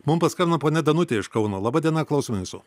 mums paskambino ponia danutė iš kauno laba diena klauso jūsų